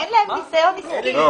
אין ניסיון עסקי בכלל.